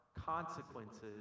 consequences